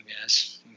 yes